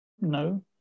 no